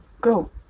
Go